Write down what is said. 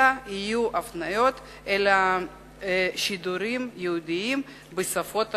אלא יהיו הפניות אל השידורים הייעודיים בשפות השונות.